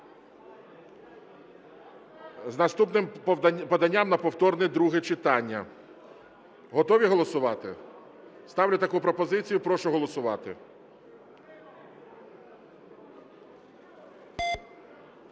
з наступним поданням на повторне друге читання. Готові голосувати? Ставлю таку пропозицію, прошу голосувати.